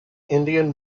indian